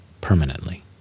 permanently